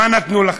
מה נתנו לך?